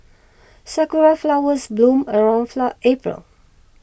sakura flowers bloom around April